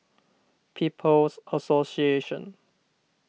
People's Association